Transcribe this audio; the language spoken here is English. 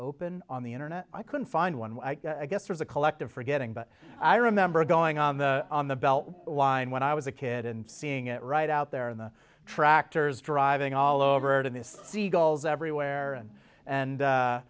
open on the internet i couldn't find one i guess there's a collective forgetting but i remember going on the on the belt line when i was a kid and seeing it right out there in the tractors driving all over town this seagulls everywhere and